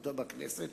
חברותו בכנסת